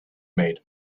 made